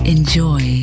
Enjoy